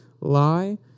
lie